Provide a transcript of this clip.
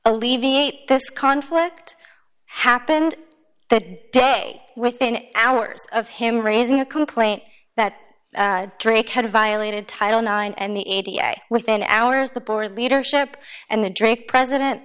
alleviate this conflict happened that day within hours of him raising a complaint that drake had violated title nine and the a b a within hours the board leadership and the drake president